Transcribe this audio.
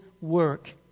work